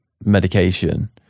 medication